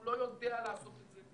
הוא לא יודע לעשות את זה.